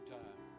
time